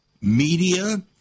media